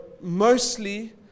mostly